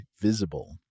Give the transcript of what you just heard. Visible